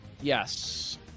Yes